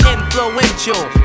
Influential